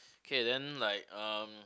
K then like um